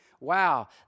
wow